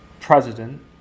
president